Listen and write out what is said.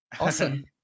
Awesome